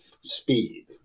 speed